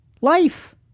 Life